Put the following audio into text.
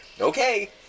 okay